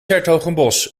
hertogenbosch